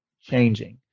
changing